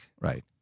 Right